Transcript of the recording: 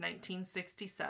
1967